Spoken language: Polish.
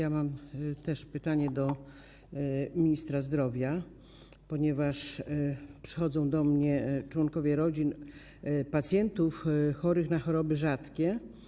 Też mam pytanie do ministra zdrowia, ponieważ przychodzą do mnie członkowie rodzin pacjentów chorych na choroby rzadkie.